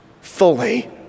fully